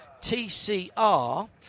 TCR